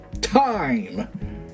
time